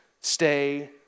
stay